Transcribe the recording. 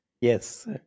Yes